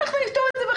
אנחנו נעשה את זה,